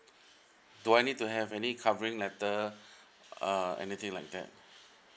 do I need to have any covering letter uh anything like that